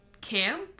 camp